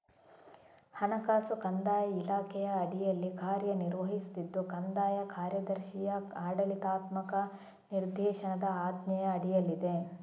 ಹಣಕಾಸು ಕಂದಾಯ ಇಲಾಖೆಯ ಅಡಿಯಲ್ಲಿ ಕಾರ್ಯ ನಿರ್ವಹಿಸುತ್ತಿದ್ದು ಕಂದಾಯ ಕಾರ್ಯದರ್ಶಿಯ ಆಡಳಿತಾತ್ಮಕ ನಿರ್ದೇಶನದ ಆಜ್ಞೆಯ ಅಡಿಯಲ್ಲಿದೆ